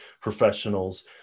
professionals